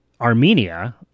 Armenia